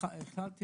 החלטתי